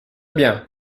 bien